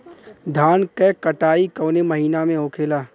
धान क कटाई कवने महीना में होखेला?